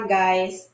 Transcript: guys